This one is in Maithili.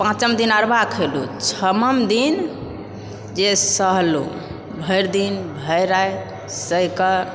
पाँचम दिन अरवा खयलहुँ छठम दिन जे सहलहुँ भरि दिन भरि राति सहिकऽ